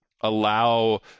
allow